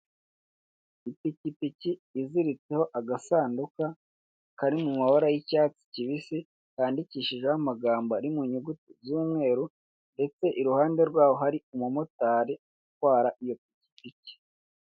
Ipikipiki iziritseho agasanduka kari mu mabara y'icyatsi kibisi kandidikishijeho amagambo ari mu nyuguti z'umweru, ndetse iruhande rwaho hari umumotari utwara iyo pikiipiki.